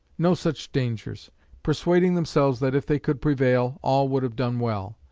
no such dangers persuading themselves that if they could prevail all would have done well.